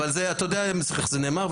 אבל אתה יודע איך זה נאמר,